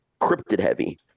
cryptid-heavy